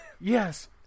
Yes